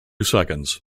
seconds